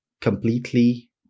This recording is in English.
completely